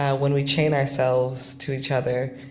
yeah when we chain ourselves to each other,